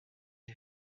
les